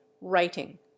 writing